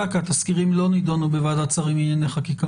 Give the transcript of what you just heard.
כי התזכירים לא נדונו בוועדת שרים לענייני חקיקה.